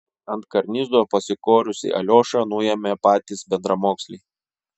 ant karnizo pasikorusį aliošą nuėmė patys bendramoksliai